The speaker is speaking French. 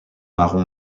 marron